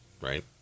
Right